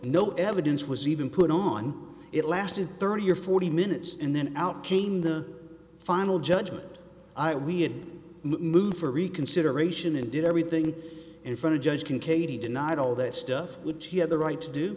no evidence was even put on it lasted thirty or forty minutes and then out came the final judgment i we had moved for reconsideration and did everything in front of judge can katie denied all that stuff which he had the right to do